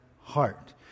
heart